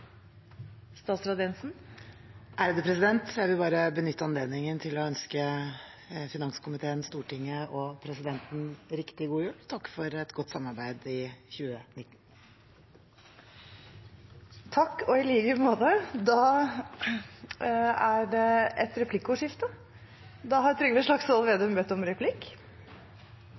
Jeg vil bare benytte anledningen til å ønske finanskomiteen, Stortinget og presidenten riktig god jul og takke for et godt samarbeid i 2019. Takk, og i like måte. Det blir replikkordskifte. Det